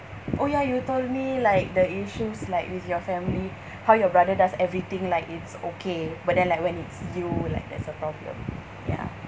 oh ya you told me like the issues like with your family how your brother does everything like it's okay but then like when it's you like there's a problem ya